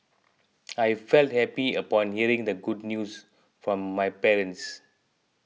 I felt happy upon hearing the good news from my parents